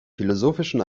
philosophischen